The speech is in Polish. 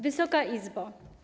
Wysoka Izbo!